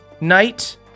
knight